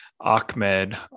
Ahmed